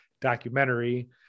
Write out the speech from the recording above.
documentary